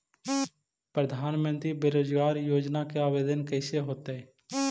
प्रधानमंत्री बेरोजगार योजना के आवेदन कैसे होतै?